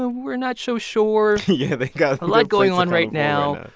ah we're not so sure yeah, they got a lot going on right now.